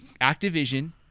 Activision